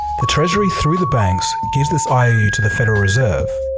the treasury, through the banks, gives this iou to the federal reserve.